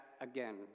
again